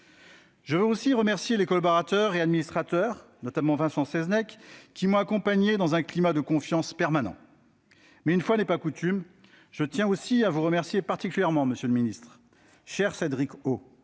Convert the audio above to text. Je veux aussi remercier les collaborateurs et administrateurs qui m'ont accompagné dans un climat de confiance permanent. Mais, une fois n'est pas coutume, je tiens aussi à vous remercier particulièrement, monsieur le secrétaire